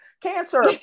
Cancer